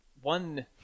One